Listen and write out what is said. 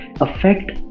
affect